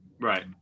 right